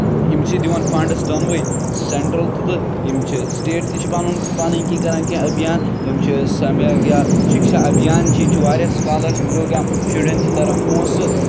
یِم چھِ دِوان فَنٛڈٕس دۄنوَے سٮ۪نٹَرٛل تہِ تہٕ یِم چھِ سٹیٹ تہِ چھِ پَنُن پںٕںۍ کِنۍ کَران کینٛہہ ابھیان یِم چھِ شِکشا ابھیان چھِ یہِ چھُ واریاہ سٕکالَرشِپ پرٛوگرام شُرٮ۪ن چھِ تَران پونٛسہٕ